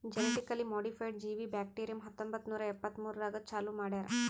genetically modified ಜೀವಿ bacterium ಹತ್ತೊಂಬತ್ತು ನೂರಾ ಎಪ್ಪತ್ಮೂರನಾಗ್ ಚಾಲೂ ಮಾಡ್ಯಾರ್